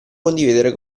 condividere